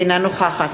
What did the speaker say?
אינה נוכחת